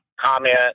comment